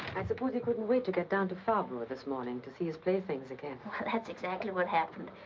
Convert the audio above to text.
i suppose he couldn't wait to get down to farnborough this morning. to see his playthings again. well, that's exactly what happened.